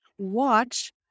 watch